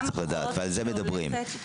ועל זה מדברים.